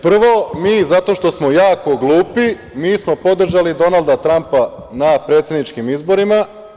Prvo, zato što smo jako glupi mi smo podržali Donalda Trampa na predsedničkim izborima.